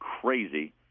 crazy